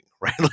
right